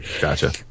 Gotcha